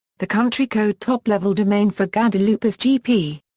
the country code top-level domain for guadeloupe is gp.